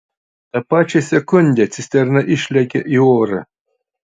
tą pačią sekundę cisterna išlekia į orą